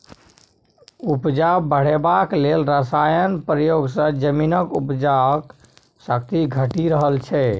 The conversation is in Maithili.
उपजा बढ़ेबाक लेल रासायनक प्रयोग सँ जमीनक उपजाक शक्ति घटि रहल छै